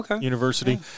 University